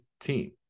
team